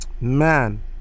man